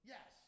Yes